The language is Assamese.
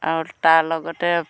আৰু তাৰ লগতে